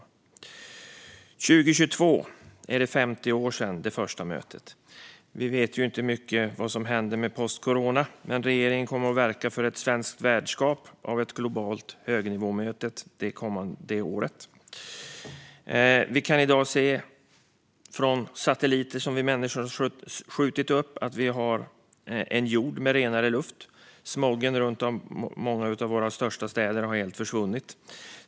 År 2022 är det 50 år sedan detta första möte ägde rum. Vi vet ju inte mycket om vad som händer postcorona, men regeringen kommer att verka för ett svenskt värdskap för ett globalt högnivåmöte det året. Vi kan i dag se från satelliter som vi människor skjutit upp att jorden har renare luft. Smogen runt många av våra största städer har helt försvunnit.